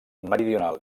meridional